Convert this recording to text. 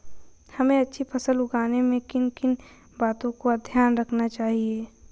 हमें अच्छी फसल उगाने में किन किन बातों का ध्यान रखना चाहिए?